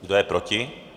Kdo je proti?